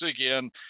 again